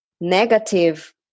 negative